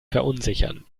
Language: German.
verunsichern